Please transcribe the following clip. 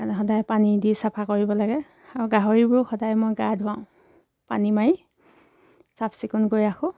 সদায় পানী দি চাফা কৰিব লাগে আৰু গাহৰিবোৰক সদায় মই গা ধুৱাওঁ পানী মাৰি চাফ চিকুণ কৰি ৰাখোঁ